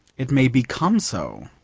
it may become so.